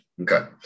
Okay